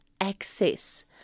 access